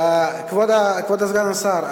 כבוד סגן השר,